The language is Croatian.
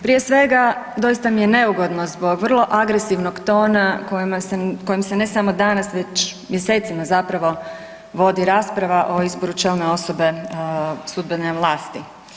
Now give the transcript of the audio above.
Prije svega doista mi je neugodno zbog vrlo agresivnog tona kojim se ne samo danas već mjesecima zapravo vodi rasprava o izboru člana osobe sudbene vlasti.